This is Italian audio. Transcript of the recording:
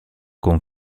con